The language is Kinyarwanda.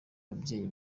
ababyeyi